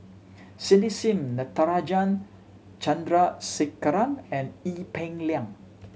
Cindy Sim Natarajan Chandrasekaran and Ee Peng Liang